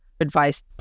advice